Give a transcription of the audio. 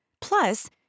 Plus